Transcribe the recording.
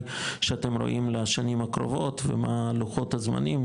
שאתם רואים לשנים הקרובות ומה לוחות הזמנים,